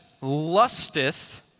lusteth